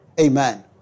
Amen